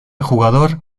jugador